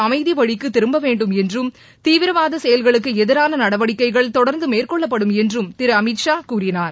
அமைதி வழிக்கு திரும்பவேண்டும் என்றும் தீவிரவாத செயல்களுக்கு எதிரான நடவடிக்கைகள் தொடர்ந்து மேற்கொள்ளப்படும் என்றும் திரு அமித்ஷா கூறினார்